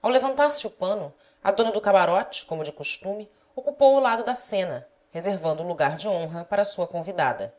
ao levantar-se o pano a dona do camarote como de costume ocupou o lado da cena reservando o lugar de honra para sua convidada